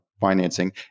financing